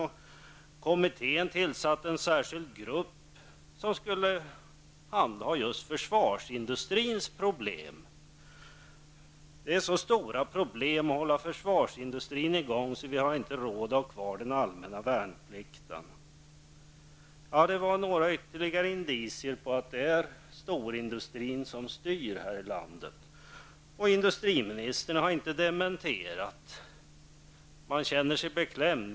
Det har tillsatts en särskild grupp som skulle handha just försvarsindustrins problem. Det är så stora problem att hålla försvarsindustrin i gång att vi inte har råd med den allmänna värnplikten. Det var ytterligare några indicier på att det är storindustrin som styr här i landet. Och industriministern har inte dementerat. Man känner sig beklämd.